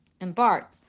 embark